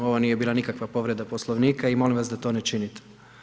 Ovo nije bila nikakva povreda Poslovnika i molim vas da to ne činite.